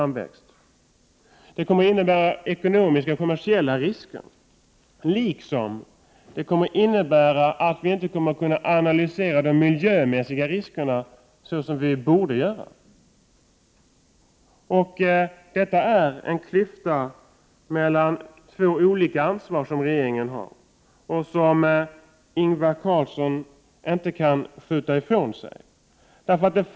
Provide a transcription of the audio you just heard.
Detta kommer att innebära ekonomiska och kommersiella risker liksom att vi inte kommer att kunna analysera miljöriskerna såsom vi borde göra. Detta är en klyfta mellan regeringens ansvar på två olika områden, och detta kan Ingvar Carlsson inte skjuta ifrån sig.